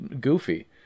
goofy